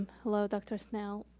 hello, dr. snell,